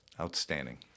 Outstanding